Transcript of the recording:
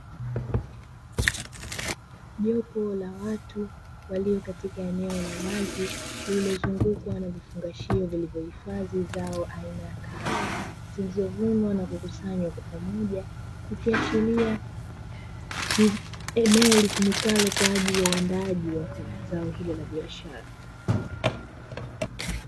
Jopo la watu walio katika eneo la wazi, lililozungukwa na vifungashio vilivyohifadhi zao aina ya kahawa ,zilizovunwa na kukusanywa pamoja, ikiashiria ni eneo litumikalo kwa ajili ya uandaaji wa zao hilo la biashara.